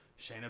Shayna